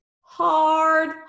hard